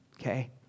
okay